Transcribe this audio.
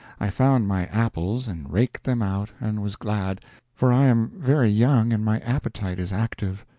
i found my apples, and raked them out, and was glad for i am very young and my appetite is active.